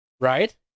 Right